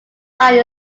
line